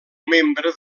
membre